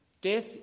Death